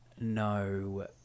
no